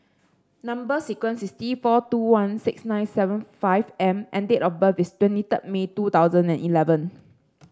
number sequence is T four two one six nine seven five M and date of birth is twenty third May two thousand and eleven